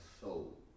soul